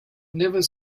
never